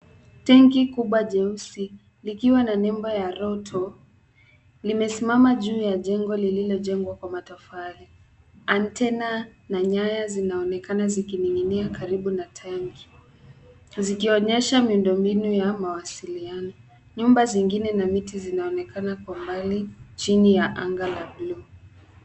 Tangi kubwa jeusi ilikwa na nebo ya Roto ,limesimama juu ya jengo liliojengwa kwa matofali. Antenna na nyaya zinaonekana zikining'inia karibu na tangi, zikionyesha miundo mbinu ya mawasiliano. Nyumba zingine na miti zinaonekana kwa mbali chini ya anga la buluu.